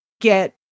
get